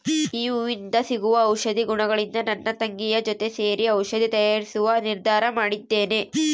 ಈ ಹೂವಿಂದ ಸಿಗುವ ಔಷಧಿ ಗುಣಗಳಿಂದ ನನ್ನ ತಂಗಿಯ ಜೊತೆ ಸೇರಿ ಔಷಧಿ ತಯಾರಿಸುವ ನಿರ್ಧಾರ ಮಾಡಿದ್ದೇನೆ